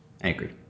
Angry